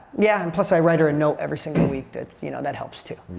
yeah, and plus i write her a note every single week that's, you know, that helps too.